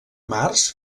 març